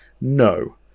no